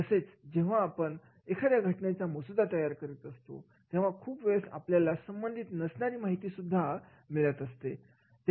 तसेच जेव्हा आपण एखाद्या घटनेचा मसुदा तयार करीत असतो तेव्हा खूप वेळेस आपल्याला संबंधित नसणारी माहिती सुद्धा मिळत असते